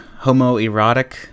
homoerotic